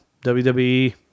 WWE